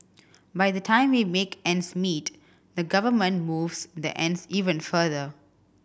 by the time we make ends meet the government moves the ends even further